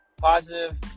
Positive